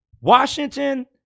Washington